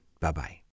Bye-bye